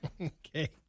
Okay